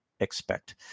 Expect